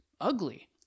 ugly